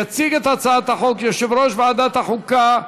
יציג את הצעת החוק יושב-ראש ועדת החוקה,